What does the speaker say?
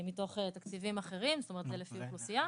מתוך תקציבים אחרים, זאת אומרת זה לפי אוכלוסייה.